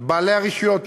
בעלי הרישיונות,